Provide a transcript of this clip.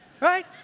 Right